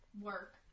work